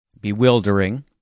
bewildering